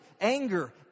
anger